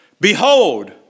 Behold